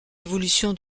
évolution